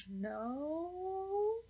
No